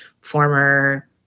former